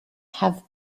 have